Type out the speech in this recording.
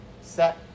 set